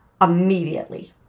immediately